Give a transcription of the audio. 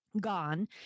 gone